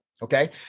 Okay